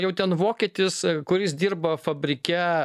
jau ten vokietis kuris dirba fabrike